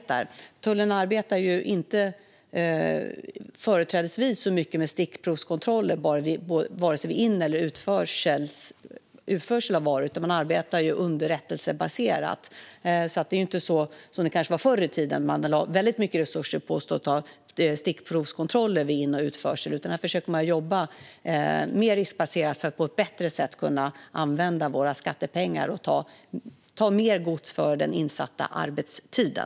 Tullen arbetar inte så mycket med stickprovskontroller vare sig vid in eller utförsel av varor, utan man arbetar underrättelsebaserat. Förr i tiden lade man mycket resurser på stickprovskontroller vid in och utförsel, men nu jobbar man mer riskbaserat för att på ett bättre sätt kunna använda våra skattepengar och ta mer gods för den insatta arbetstiden.